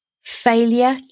Failure